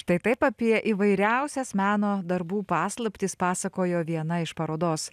štai taip apie įvairiausias meno darbų paslaptis pasakojo viena iš parodos